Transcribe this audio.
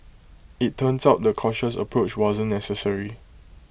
IT turns out the cautious approach wasn't necessary